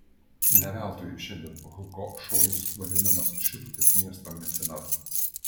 ne veltui šiandien hugo šojus vadinamas šilutės miesto mecenatu